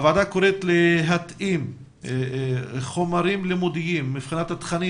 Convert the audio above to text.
הוועדה קוראת להתאים חומרים לימודיים מבחינת התכנים